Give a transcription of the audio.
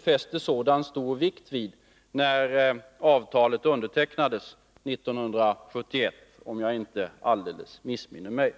fäste så stor vikt vid när avtalet undertecknades 1971.